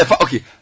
okay